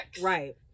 Right